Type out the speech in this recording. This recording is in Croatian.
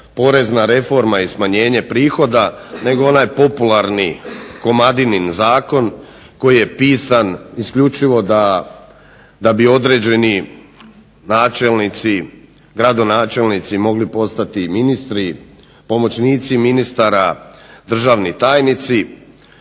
porezna reforma i smanjenje prihoda nego onaj popularni Komadinin zakon koji je pisan isključivo da bi određeni načelnici, gradonačelnici mogli postati ministri, pomoćnici ministara, državni tajnici,